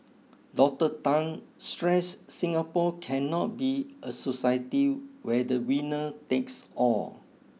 Doctor Tan stressed Singapore cannot be a society where the winner takes all